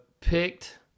picked